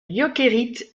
jokerit